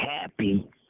happy